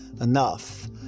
enough